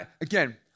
again